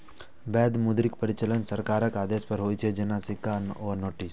वैध मुद्राक परिचालन सरकारक आदेश पर होइ छै, जेना सिक्का आ नोट्स